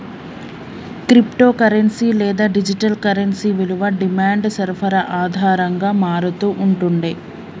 crypto currency లేదా digital currency విలువ demand, సరఫరా ఆధారంగా మారతూ ఉంటుండే